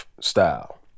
style